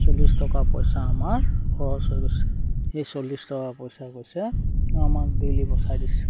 চল্লিছ টকা পইচা আমাৰ খৰচ হৈ গৈছে সেই চল্লিছ টকা পইচা কৈছে আমাক ডেইলি বচাই দিছোঁ